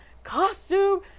costume